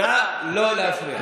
נא לא להפריע.